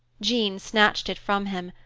jean snatched it from him,